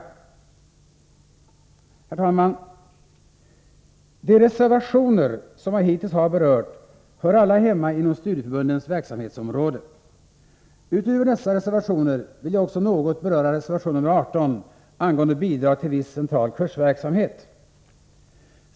Herr talman! De reservationer som jag hittills har berört hör alla hemma inom studieförbundens verksamhetsområde. Utöver dessa reservationer vill jag också något beröra reservation nr 18 angående bidrag till viss central kursverksamhet.